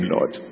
Lord